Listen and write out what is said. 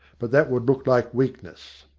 but that would look like weak ness.